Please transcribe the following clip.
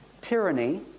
tyranny